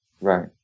right